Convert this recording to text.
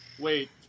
Wait